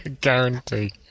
guarantee